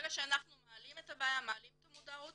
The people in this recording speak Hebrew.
ברגע שאנחנו מעלים את הבעיה ואת המודעות